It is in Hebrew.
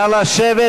נא לשבת.